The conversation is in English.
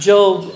Job